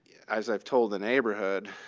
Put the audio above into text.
as i've told the neighborhood,